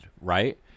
Right